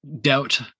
doubt